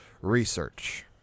research